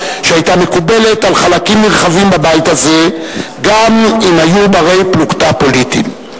שהיתה מקובלת על חלקים נרחבים בבית הזה גם אם היו בני-פלוגתא פוליטיים.